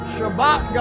Shabbat